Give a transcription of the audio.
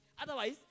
Otherwise